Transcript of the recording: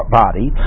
body